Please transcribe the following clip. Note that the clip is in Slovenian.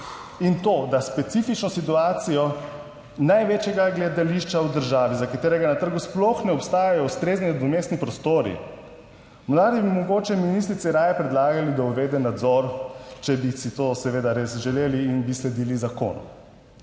In to da specifično situacijo največjega gledališča v državi, za katerega na trgu sploh ne obstajajo ustrezni nadomestni prostori, mladi bi mogoče ministrici raje predlagali, da uvede nadzor, če bi si to seveda res želeli in bi sledili zakonu.